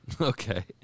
Okay